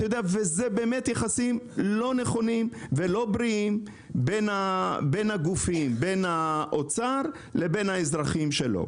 אלה יחסים לא נכונים ולא בריאים בין האוצר לבין האזרחים שלו.